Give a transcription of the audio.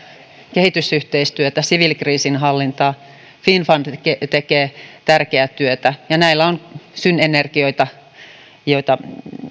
kehitysyhteistyötä siviilikriisinhallintaa finnfund tekee tärkeää työtä ja näillä on synergioita joita